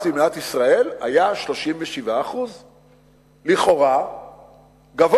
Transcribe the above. במדינת ישראל היה 37%. לכאורה גבוה.